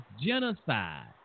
genocide